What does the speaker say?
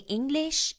English